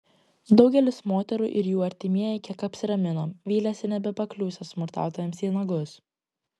daugelis moterų ir jų artimieji kiek apsiramino vylėsi nebepakliūsią smurtautojams į nagus